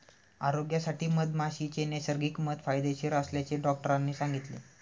आरोग्यासाठी मधमाशीचे नैसर्गिक मध फायदेशीर असल्याचे डॉक्टरांनी सांगितले